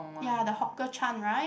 ya the Hawker Chan right